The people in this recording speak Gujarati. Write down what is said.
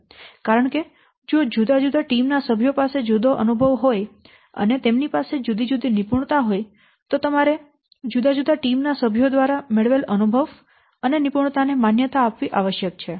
કારણ કે જો જુદી જુદી ટીમના સભ્યો પાસે જુદો અનુભવ હોય અને તેમની પાસે જુદી જુદી નિપુણતા હોય તો તમારે જુદા જુદા ટીમના સભ્યો દ્વારા મેળવેલા અનુભવ અને નિપુણતાને માન્યતા આપવી આવશ્યક છે